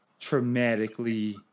traumatically